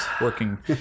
working